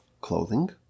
clothing